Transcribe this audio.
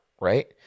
right